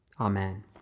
Amen